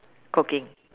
cooking